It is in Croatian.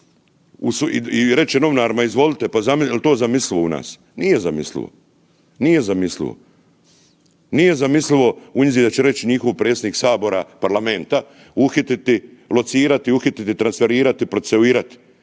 i reče novinarima, izvolite, pa je li to zamislivo u nas? Nije zamislivo. Nije zamislivo. Nije zamislilo u .../Govornik se ne razumije./... da će reći njihov predsjednik Sabora, parlamenta, uhititi, locirati, uhititi, transferirati, procesuirati.